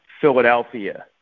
Philadelphia